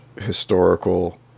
historical